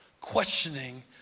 questioning